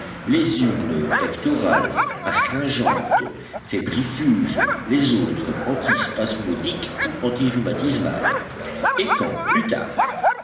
les unes pectorales astringentes fébrifuges les autres anti spasmodiques ou anti rhumatismales et quand plus tard